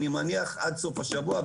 אני מניח עד סוף השבוע,